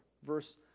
Verse